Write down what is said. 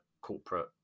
corporate